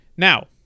Now